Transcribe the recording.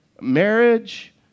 marriage